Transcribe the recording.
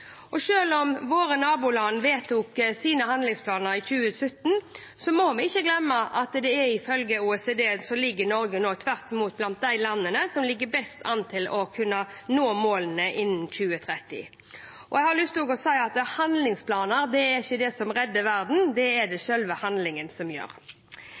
glemme at ifølge OECD er Norge blant de landene som ligger best an til å kunne nå målene innen 2030. Jeg har også lyst til å si at handlingsplaner ikke er det som redder verden, det er det selve handlingen som gjør.